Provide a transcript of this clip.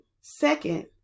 Second